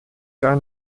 gar